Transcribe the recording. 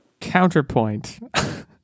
counterpoint